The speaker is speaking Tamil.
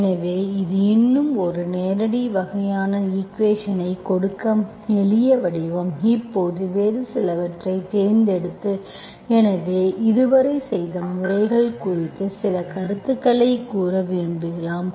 எனவே இது இன்னும் ஒரு நேரடி வகையான ஈக்குவேஷன்ஐக் கொடுக்க எளிய வடிவம் இப்போது வேறு சிலவற்றைத் தேர்ந்தெடுத்து எனவே இதுவரை செய்த முறைகள் குறித்து சில கருத்துக்களை கூற விரும்புகிறேன்